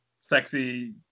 sexy